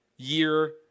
Year